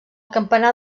campanar